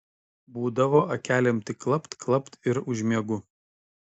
būdavo akelėm tik klapt klapt ir užmiegu